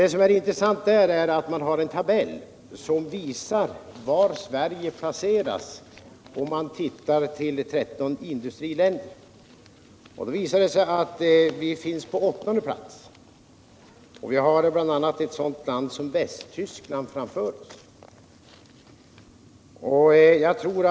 Det intressanta i denna artikel är en tabell, där Sverige rangordnas bland 13 industriländer när det gäller arbetsgivaravgifter. Det visar sig att vi ligger på åttonde plats. Vi har bl.a. ett sådant land som Västtyskland framför oss.